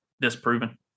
disproven